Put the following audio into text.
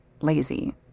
lazy